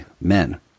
men